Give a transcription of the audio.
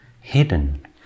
hidden